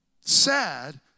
Sad